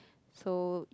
so